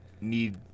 need